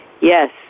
Yes